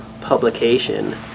publication